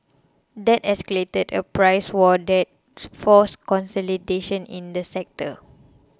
that escalated a price war that's forced consolidation in the sector